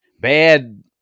Bad